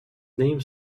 name